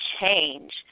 change